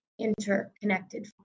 interconnected